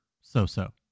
so-so